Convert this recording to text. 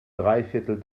dreiviertel